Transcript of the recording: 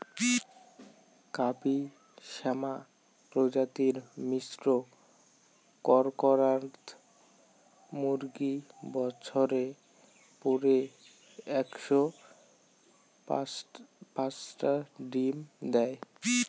কারি শ্যামা প্রজাতির মিশ্র কড়কনাথ মুরগী বছরে গড়ে একশো পাঁচটা ডিম দ্যায়